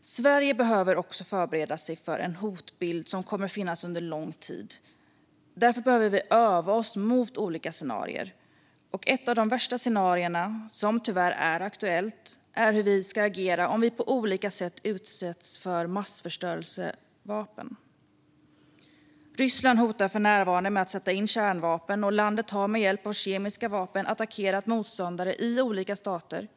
Sverige behöver också förbereda sig för en hotbild som kommer att finnas under lång tid. Därför behöver vi öva mot olika scenarier. Ett av de värsta scenarierna, som tyvärr är aktuellt, är om vi på olika sätt utsätts för massförstörelsevapen och hur vi då ska agera. Ryssland hotar för närvarande med att sätta in kärnvapen, och landet har med hjälp av kemiska vapen attackerat motståndare i olika stater.